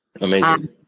Amazing